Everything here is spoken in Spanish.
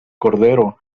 cordero